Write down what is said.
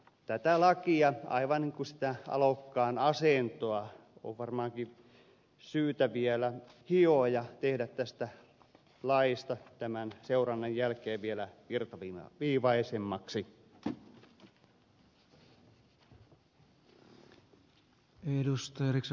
tätä lakia aivan niin kuin sitä alokkaan asentoa on varmaankin syytä vielä hioa ja tehdä tämä laki tämän seurannan jälkeen vielä virtaviivaisemmaksi